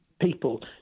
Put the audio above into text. people